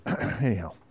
Anyhow